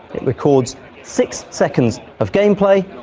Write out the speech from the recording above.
it records six seconds of gameplay,